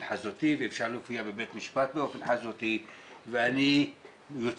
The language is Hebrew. חזותי ואפשר להופיע בבית משפט באופן חזותי ואני יוצא